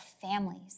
families